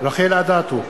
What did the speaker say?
רחל אדטו,